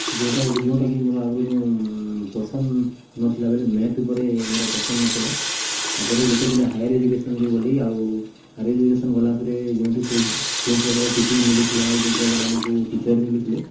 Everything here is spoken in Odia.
ଯେଉଁଟା ଯୋଉଁଟାକି ମୋର ଆଗରୁ ଯୋଉଁ ପସନ୍ଦ ନଥିଲା ବେଲେ ମ୍ୟାଥ୍ ଉପରେ ମୋର ପସନ୍ଦ ନଥିଲା ତା'ପରେ ଯେତେବେଳେ ହାୟର୍ ଏଜୁକେସନ୍କୁ ଗଲି ଆଉ ହାୟର୍ ଏଜୁକେସନ୍ ଗଲାପରେ ଯେଉଁଠି ସେ ଯେଉଁ ପ୍ରକାର ଟିଚିଙ୍ଗ୍ ମିଳୁଥିଲା ଆଉ ଯେଉଁ ପ୍ରକାର ଆମକୁ ଟିଚର୍ ମିଳୁଥିଲେ